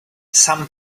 some